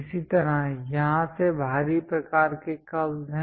इसी तरह यहाँ से बाहरी प्रकार के कर्वस् है